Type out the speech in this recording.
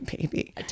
baby